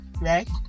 right